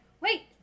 wait